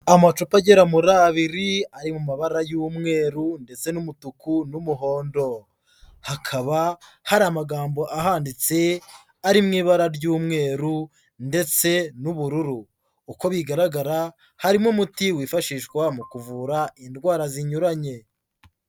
Amacupa agera muri abiri ari mu mabara y'umweru ndetse n'umutuku n'umuhondo, hakaba hari amagambo ahanditse ari mu ibara ry'umweru ndetse n'ubururu, uko bigaragara harimo umuti wifashishwa mu kuvura indwara zinyuranye.